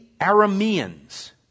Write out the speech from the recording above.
Arameans